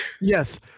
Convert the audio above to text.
Yes